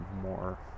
more